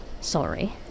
Sorry